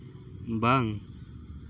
ᱵᱟᱝ